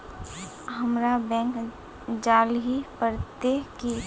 हमरा बैंक जाल ही पड़ते की?